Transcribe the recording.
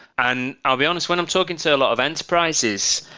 and i'll be honest when i'm talking to a lot of enterprises.